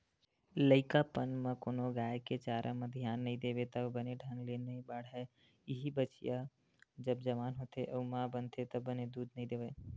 लइकापन म कोनो गाय के चारा म धियान नइ देबे त बने ढंग ले नइ बाड़हय, इहीं बछिया जब जवान होथे अउ माँ बनथे त बने दूद नइ देवय